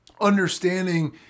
understanding